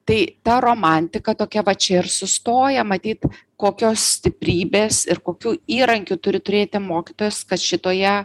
tai ta romantika tokia va čia ir sustoja matyt kokios stiprybės ir kokių įrankių turi turėti mokytojas kad šitoje